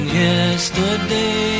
yesterday